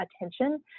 attention